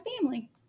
family